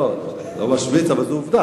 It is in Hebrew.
לא משמיץ, אבל זאת עובדה.